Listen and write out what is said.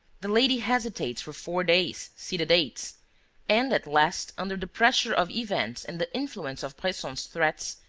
the lady hesitates for four days see the dates and, at last, under the pressure of events and the influence of bresson's threats,